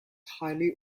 highly